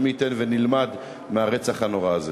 ומי ייתן ונלמד מהרצח הנורא הזה.